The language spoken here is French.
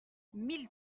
mille